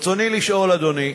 ברצוני לשאול, אדוני,